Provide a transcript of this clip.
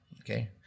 okay